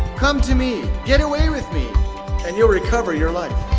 come to me. get away with me and you'll recover your life.